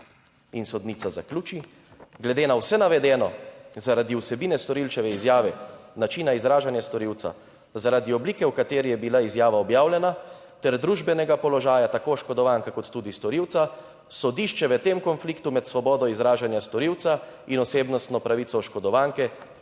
In sodnica zaključi, glede na vse navedeno, zaradi vsebine storilčeve izjave, načina izražanja storilca, zaradi oblike, v kateri je bila izjava objavljena ter družbenega položaja tako oškodovanke kot tudi storilca, sodišče v tem konfliktu med svobodo izražanja storilca in osebnostno pravico oškodovanke